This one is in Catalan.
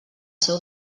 seu